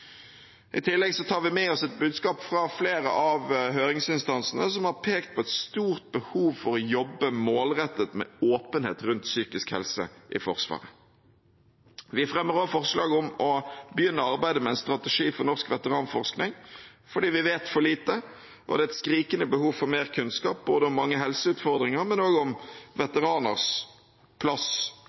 I tillegg tar vi med oss et budskap fra flere av høringsinstansene, som har pekt på et stort behov for å jobbe målrettet med åpenhet rundt psykisk helse i Forsvaret. Vi fremmer også forslag om å begynne å arbeide med en strategi for norsk veteranforskning fordi vi vet for lite og det er et skrikende behov for mer kunnskap om mange helseutfordringer, men også om veteraners plass